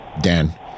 Dan